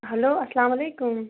hello اَلسَلام علیکُم